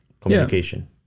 communication